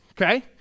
okay